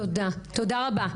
תודה רבה,